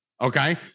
Okay